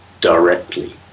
directly